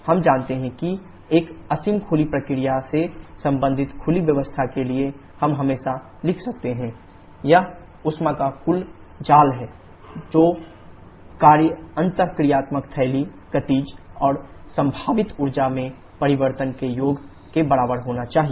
हम जानते हैं कि एक असीम खुली प्रक्रिया से संबंधित खुली व्यवस्था के लिए हम हमेशा लिख सकते हैं δq δWdhdkedpe यह ऊष्मा का कुल जाल है और कार्य अंतःक्रियात्मक थैली गतिज और संभावित ऊर्जा में परिवर्तन के योग के बराबर होना चाहिए